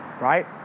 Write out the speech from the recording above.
right